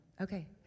Okay